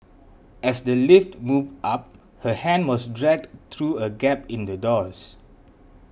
as the lift moved up her hand was dragged through a gap in the doors